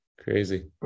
crazy